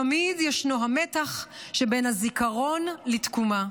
תמיד ישנו המתח שבין הזיכרון לתקומה,